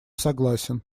согласен